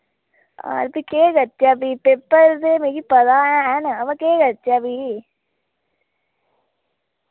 हां ते केह् करचै फ्ही पेपर ते मिगी पता हैन हां वा केह् करचै फ्ही